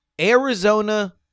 Arizona